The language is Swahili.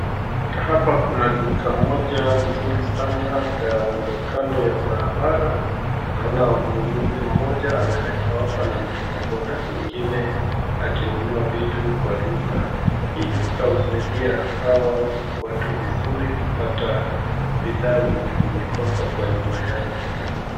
Hapa kuna duka moja nzuri sana kando kando ya barabara, naona mnunuzi mmoja ameletwa hapa na mtu wa boda mwingine akinunua vitu kwa duka. Hii duka husaidia hawa watu vizuri kupata bidhaa zenye wamekosa kwa nyumba yao.